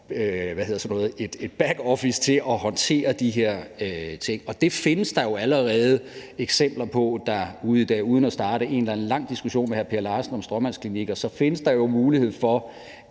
back office til at håndtere de her ting. Og det findes der jo allerede eksempler på – ikke for at starte en eller anden lang diskussion med hr. Per Larsen om stråmandsklinikker. Der findes jo muligheder